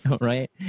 right